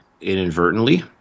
inadvertently